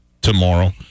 tomorrow